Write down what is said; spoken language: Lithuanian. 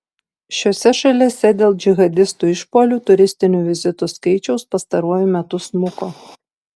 šiose šalyse dėl džihadistų išpuolių turistinių vizitų skaičius pastaruoju metu smuko